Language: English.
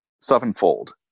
sevenfold